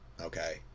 okay